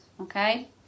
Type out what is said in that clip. okay